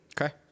okay